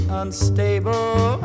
unstable